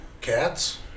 Cats